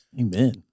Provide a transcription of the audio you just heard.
Amen